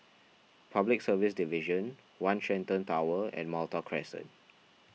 Public Service Division one Shenton Tower and Malta Crescent